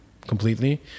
completely